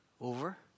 over